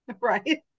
Right